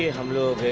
yeah hello,